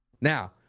Now